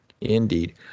Indeed